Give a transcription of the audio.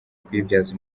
kuyibyaza